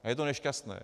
A je to nešťastné.